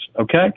okay